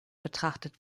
betrachtet